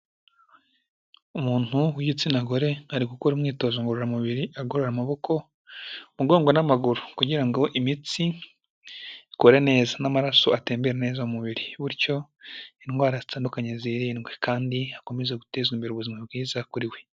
Umuntu w'igitsina gore ari gukora imyitozo ngororamubiri, agorora amaboko, umugongo n'amaguru, kugira ngo imitsi ikore neza n'amaraso atembera neza mubiri, bityo indwara zitandukanye zirindwe, kandi hakomezwe guteza imbere ubuzima bwiza kuri we.